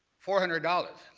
four hundred dollars,